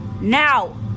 Now